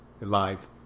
live